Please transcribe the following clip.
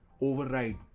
override